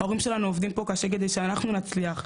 ההורים שלנו עובדים פה קשה כדי שאנחנו נצליח,